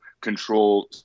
control